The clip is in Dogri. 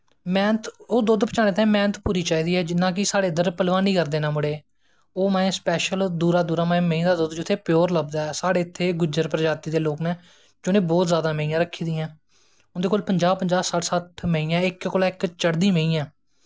ओह् दुधअद पचानें ताई मैह्नत पूरी चाही दी ऐ जियां साढ़े इध्दर पलवानी करदे नै मुड़े ओह् स्पैशल दूरा दूरा दा मैहीं दा दुध्द जित्थें प्योर लब्भदा ऐ साढ़े इत्थें गुज्जर प्रजाति दे लोग ऐं जिनें बौह्त जादा मैहियां रक्खी दियां नैं उंदे कोल पंजाह् पंजाह् सट्ठ सट्ठ इक कोला दा इक चढ़दी मैंहियां ऐं